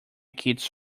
kits